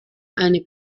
eine